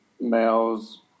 males